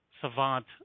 savant